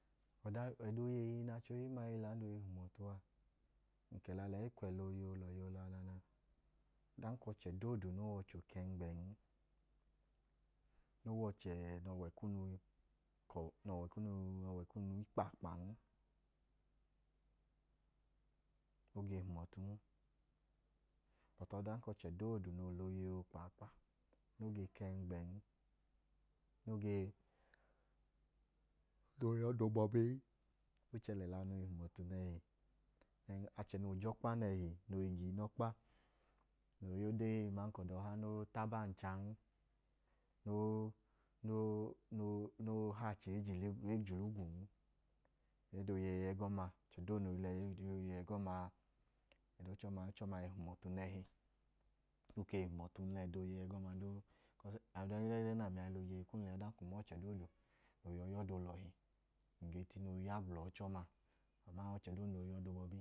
Ẹdọ oyeyi nẹ achẹ ohim ma ge la noo hum ọtu a, ọdanka ọchẹ doodu noo wẹ ọchẹ okẹngbẹn, noo wẹ ọchẹ nẹ ọwẹ kunu i kpaakpan, o ge hum ọtun. Bọtu ọdanka ọchẹ doodu noo la oyeyi okpaakpa, no ge kẹngbẹn, no i ya ọda obọbin, ẹla nu i hum ọtu nẹhi. Achẹ noo je ọkpa nẹhi noo i ga inọkpa, noo i ya ode aman ka ọda ọha noo ta abọ anchan, noo, noo, noo, noo, hẹ achẹ ejulugwun, ẹdọ oyeyi ẹgọma, ọchẹ doodu noo i la ẹdọ oyeyi ẹgọma a, ọchọma, ọchọma i hum ọtu nẹhi. O ke hum ọtu ng la ẹdọ oyeyi ẹgọma duu. Ẹdọ ẹgẹẹ nẹ ami a i la oyeyi kum lẹ a, ọdanka um ma ọchẹ doodu noo i ya ọda olọhi, ng ge tine ooya gbla ọchẹ ọma, aman abum ge tine ooya ọda obọbin ma, ng ge tine ooya gbla ẹdọ ọchẹ ọman.